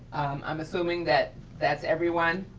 i'm assuming that that's everyone.